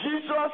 Jesus